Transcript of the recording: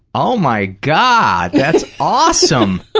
oh, my god. that's awesome.